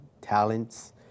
talents